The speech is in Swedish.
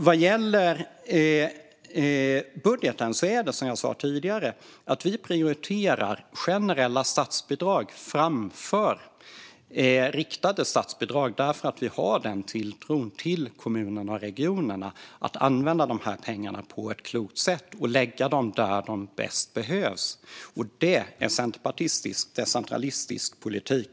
Vad gäller budgeten är det som jag sa tidigare så att vi prioriterar generella statsbidrag framför riktade därför att vi har tilltro till att kommuner och regioner använder pengarna på ett klokt sätt och lägger dem där de bäst behövs. Det är centerpartistisk, decentralistisk politik.